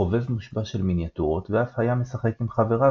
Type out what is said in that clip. חובב מושבע של מיניאטורות ואף היה משחק עם חבריו